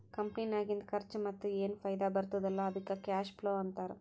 ಕಂಪನಿನಾಗಿಂದ್ ಖರ್ಚಾ ಮತ್ತ ಏನ್ ಫೈದಾ ಬರ್ತುದ್ ಅಲ್ಲಾ ಅದ್ದುಕ್ ಕ್ಯಾಶ್ ಫ್ಲೋ ಅಂತಾರ್